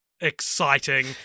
exciting